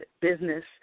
business